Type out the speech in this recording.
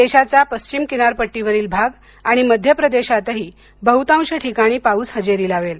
देशाचा पश्चिम किनारपट्टीवरील भाग आणि मध्यप्रदेशातही बहुतांस ठिकाणी पाऊस हजेरी लावेल